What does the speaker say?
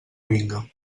vinga